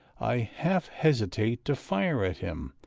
i half hesitate to fire at him,